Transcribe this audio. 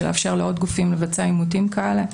של לאפשר לעוד גופים לבצע אימותים כאלה,